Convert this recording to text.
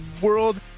world